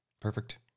Perfect